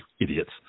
idiots